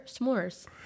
s'mores